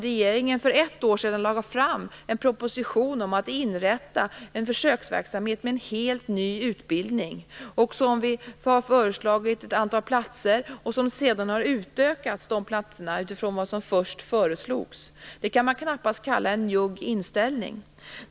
Regeringen lade för ett år sedan fram en proposition om att inrätta en försöksverksamhet med en helt ny utbildning. Vi har föreslagit ett antal platser, och detta antal har sedan utökats jämfört med vad som först föreslogs. Det kan man knappast kalla en njugg inställning.